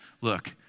look